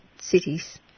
cities